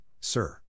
sir